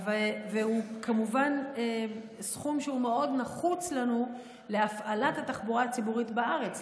והוא כמובן סכום שהוא מאוד נחוץ לנו להפעלת התחבורה הציבורית בארץ,